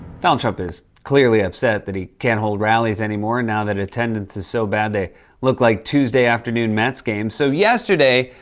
donald trump is clearly upset that he can't hold rallies anymore, and now that attendance is so bad, they look like tuesday afternoon mets games. so, yesterday,